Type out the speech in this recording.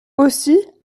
aussi